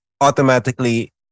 automatically